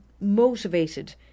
motivated